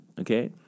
okay